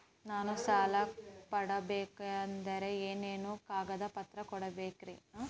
ನಾನು ಸಾಲ ಪಡಕೋಬೇಕಂದರೆ ಏನೇನು ಕಾಗದ ಪತ್ರ ಕೋಡಬೇಕ್ರಿ?